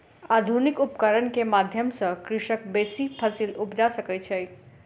आधुनिक उपकरण के माध्यम सॅ कृषक बेसी फसील उपजा सकै छै